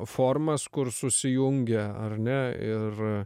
formas kur susijungia ar ne ir